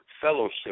fellowship